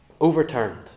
overturned